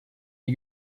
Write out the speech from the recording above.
die